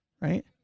right